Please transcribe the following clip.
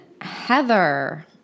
Heather